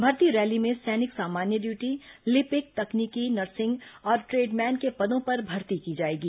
भर्ती रैली में सैनिक सामान्य ड्यूटी लिपिक तकनीकी नर्सिंग और ट्रेडमैन के पदों पर भर्ती की जाएगी